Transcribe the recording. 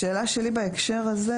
השאלה שלי בהקשר הזה